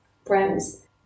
friends